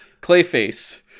Clayface